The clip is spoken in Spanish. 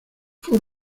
hace